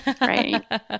Right